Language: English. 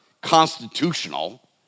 constitutional